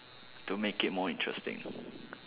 to make it more interesting